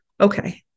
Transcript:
Okay